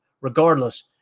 Regardless